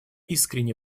искренне